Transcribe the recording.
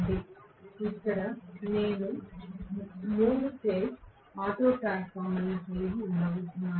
నేను ఇక్కడ 3 phase auto ట్రాన్స్ఫార్మర్ను కలిగి ఉండబోతున్నాను